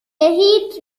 هیچ